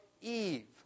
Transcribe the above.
Eve